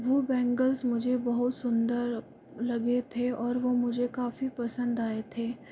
वह बैंगल्स मुझे बहुत सुंदर लगे थे और वह मुझे काफ़ी पसंद आए थे